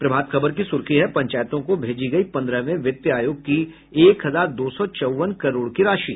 प्रभात खबर की सुर्खी है पंचायतों को भेजी गई पंद्रहवें वित्त आयोग की एक हजार दो सौ चौवन करोड़ की राशि